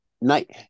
Night